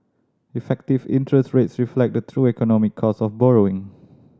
effective interest rates reflect the true economic cost of borrowing